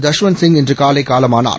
ஜஸ்வந்த்சிங்இன்றுகாலை காலமானார்